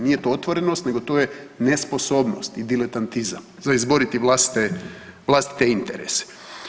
Nije to otvorenost nego to je nesposobnost i diletantizam za izboriti vlastite, vlastite interese.